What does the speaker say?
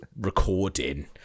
recording